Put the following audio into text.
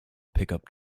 pickup